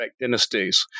dynasties